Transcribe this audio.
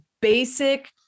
basic